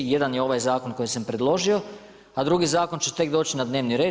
Jedan je ovaj zakon koji sam predložio, a drugi zakon će tek doći na dnevni red.